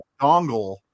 dongle